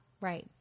right